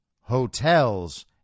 hotels